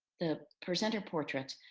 the presenter portraits.